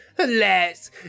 Alas